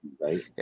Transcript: right